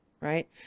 right